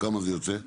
כמה זה יוצא?